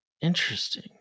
Interesting